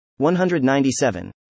197